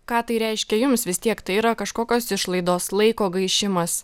ką tai reiškia jums vis tiek tai yra kažkokios išlaidos laiko gaišimas